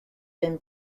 been